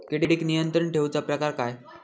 किडिक नियंत्रण ठेवुचा प्रकार काय?